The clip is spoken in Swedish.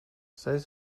sägs